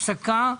הפסקה.